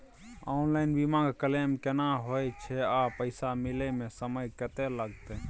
Online बीमा के claim केना होय छै आ पैसा मिले म समय केत्ते लगतै?